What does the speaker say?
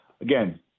again